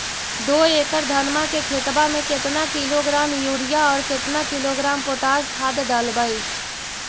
दो एकड़ धनमा के खेतबा में केतना किलोग्राम युरिया और केतना किलोग्राम पोटास खाद डलबई?